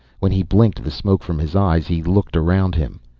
when he blinked the smoke from his eyes he looked around him.